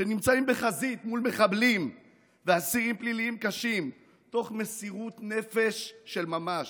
שנמצאים בחזית מול מחבלים ואסירים פליליים קשים תוך מסירות נפש של ממש,